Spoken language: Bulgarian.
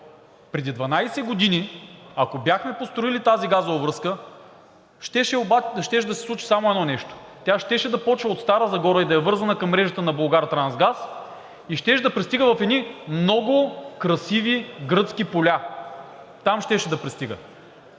преди 12 години, ако бяхме построили тази газова връзка, щеше да се случи само едно нещо – тя щеше да почва от Стара Загора и да е вързана към мрежата на „Булгартрансгаз“ и щеше да пристига в едни много красиви гръцки поля, там щеше да пристига.